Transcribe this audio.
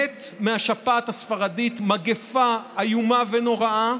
מת, מהשפעת הספרדית, מגפה איומה ונוראה.